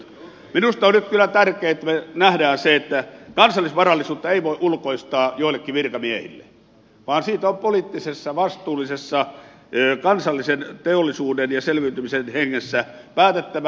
minusta on nyt kyllä tärkeää että me näemme sen että kansallisvarallisuutta ei voi ulkoistaa joillekin virkamiehille vaan siitä on poliittisessa vastuullisessa kansallisen teollisuuden ja selviytymisen hengessä päätettävä